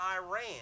Iran